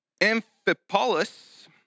Amphipolis